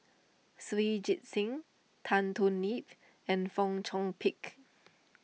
Shui Tit Sing Tan Thoon Lip and Fong Chong Pik